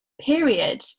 period